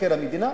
מבקר המדינה.